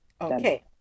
okay